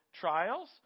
trials